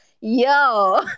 Yo